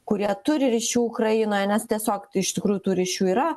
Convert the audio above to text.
kurie turi ryšių ukrainoje nes tiesiog iš tikrųjų tų ryšių yra